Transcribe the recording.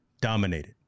dominated